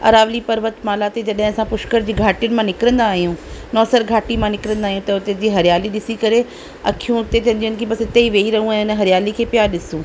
अरावली पर्वत माला थी जॾहिं असां पुष्कर जी घाटी मां निकिरींदा आहियूं नौसर घाटी मां निकिरींदा आहियूं त उते जी हरियाली ॾिसी करे अखियूं हुते चईदियूं आहिनि की बसि हिते ई वेही रहूं ऐं हिन हरियाली खे पिया ॾिसूं